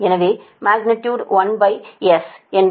எனவே magnitude VS என்பது 120